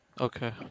Okay